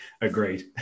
agreed